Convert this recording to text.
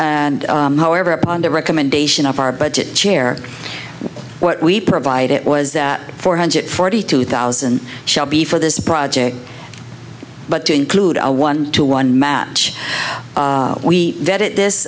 and however upon the recommendation of our budget chair what we provided it was that four hundred forty two thousand shall be for this project but to include a one to one match we did it this